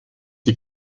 die